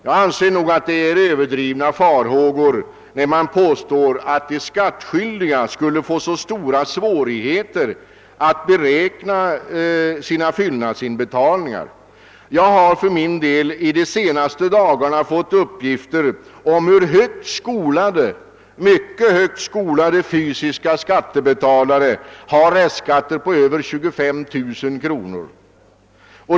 Jag anser att man har överdrivna farhågor när man påstår att det skulle vara så svårt för de skattskyldiga att beräkna sina fyllnadsinbetalningar. Jag har de senaste dagarna fått uppgifter om att mycket högt skolade fysiska skattebetalare har kvarskatter på över 25 000 kronor.